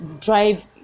drive